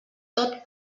tot